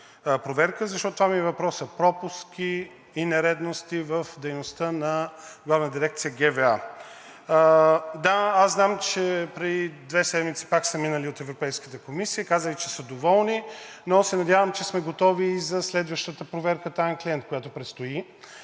защото това ми е въпросът: пропуски и нередности в дейността на Главна дирекция ГВА. Да, аз знам, че преди две седмици пак са минали от Европейската комисия, казали са, че са доволни, но се надявам, че сме готови и за следващата проверка „таен клиент“, която предстои,